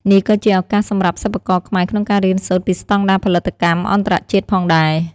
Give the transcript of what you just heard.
នេះក៏ជាឱកាសសម្រាប់សិប្បករខ្មែរក្នុងការរៀនសូត្រពីស្តង់ដារផលិតកម្មអន្តរជាតិផងដែរ។